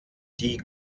die